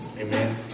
Amen